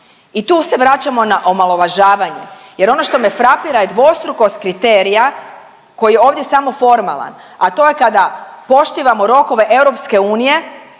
i tu se vraćamo na omalovažavanje, jer ono što me frapira je dvostrukost kriterija koji je ovdje samo formalan, a to je kada poštivamo rokove